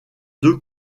deux